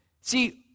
See